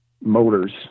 motors